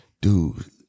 dude